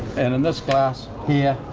and in this glass here,